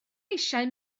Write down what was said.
eisiau